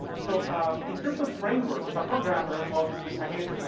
so in terms of frameworks as a programmer obviously, again,